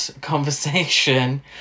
conversation